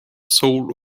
soul